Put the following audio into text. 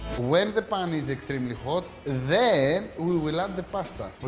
when the pan is extremely hot, then we will add the pasta. but